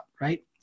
right